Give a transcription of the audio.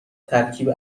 ترکیب